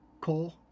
Cole